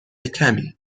کمی